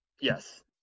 Yes